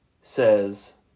says